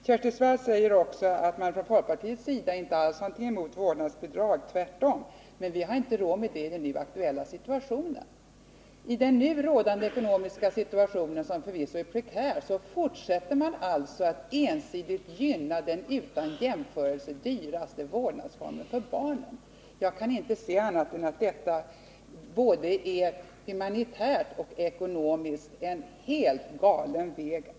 Kersti Swartz sade också att man från folkpartiets sida inte alls har någonting emot vårdnadsbidrag, tvärtom, men att vi inte har råd med detta i den aktuella situationen. I den nu rådande ekonomiska situationen, som förvisso är prekär, fortsätter man alltså att ensidigt gynna den utan jämförelse dyraste vårdformen. Jag kan inte se annat än att det både humanitärt och ekonomiskt är helt galet att gå denna väg.